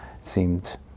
seemed